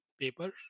paper